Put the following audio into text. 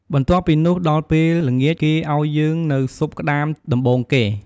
បន្ទាប់ពីនោះ ដល់ពេលល្ងាចគេឲ្យយើងនូវស៊ុបក្តាមដំបូងគេ ។